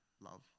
love